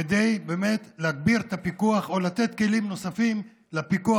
כדי באמת להגביר את הפיקוח או לתת כלים נוספים לפיקוח,